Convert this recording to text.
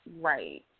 right